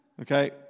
Okay